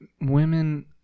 women